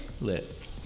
Lit